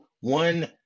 one